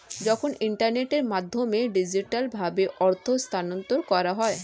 যখন ইন্টারনেটের মাধ্যমে ডিজিটালভাবে অর্থ স্থানান্তর করা হয়